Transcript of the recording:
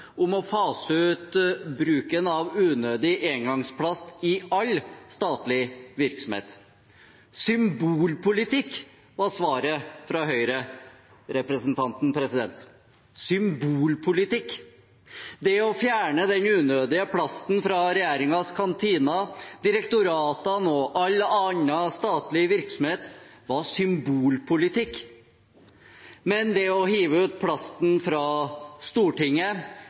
om å fase ut bruken av unødig engangsplast i all statlig virksomhet. «Symbolpolitikk» var svaret fra Høyre-representanten – symbolpolitikk. Det å fjerne den unødige plasten fra kantinene til regjeringen, direktoratene og all annen statlig virksomhet var symbolpolitikk. Men det å hive ut plasten fra Stortinget